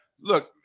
look